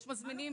יש מזמינים